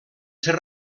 ser